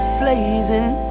blazing